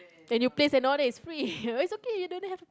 then you pays and order it's free is okay you don't have